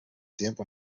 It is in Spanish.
tiempo